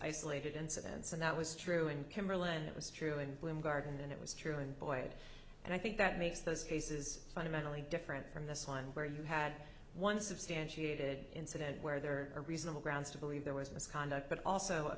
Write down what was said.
isolated incidents and that was true in kimberlin it was true in bloomgarden and it was true in boyd and i think that makes those cases fundamentally different from this one where you had one substantiated incident where there are reasonable grounds to believe there was misconduct but also a